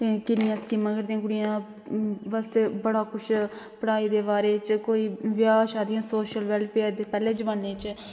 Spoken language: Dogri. किन्नी स्कीमां कुडियां आस्तै बड़ा कुछ पढाई दे बारे च कोई ब्याह् शादियां सोशल बेलफेयर दे पैहले जमाने च